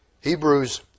Hebrews